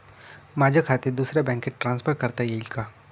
माझे खाते दुसऱ्या बँकेत ट्रान्सफर करता येईल का?